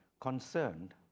concerned